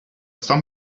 some